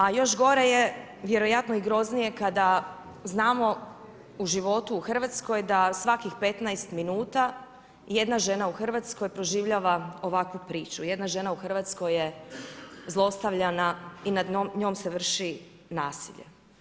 A još gore je, vjerojatno i groznije kada znamo u životu u Hrvatskoj da svakih 15 minuta jedna žena u Hrvatskoj proživljava ovakvu priču, jedna žena u Hrvatskoj je zlostavljana i nad njom se vrši nasilje.